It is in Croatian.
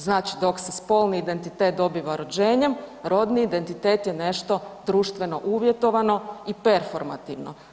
Znači dok se spolni identitet dobiva rođenjem, rodni identitet je nešto društveno uvjetovano i performativno.